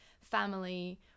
family